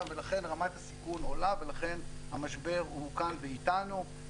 ולכן רמת הסיכון עולה ולכן המשבר הוא כאן ואיתנו,